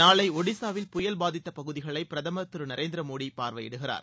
நாளை ஒடிசாவில் பாதித்த பகுதிகளை பிரதமர் திரு நரேந்திரமோடி பார்வையிடுகிறார்